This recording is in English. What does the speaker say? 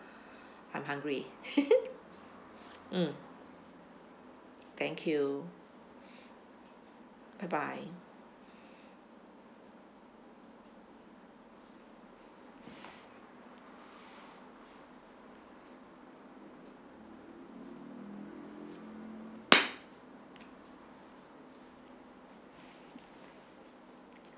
I'm hungry mm thank you bye bye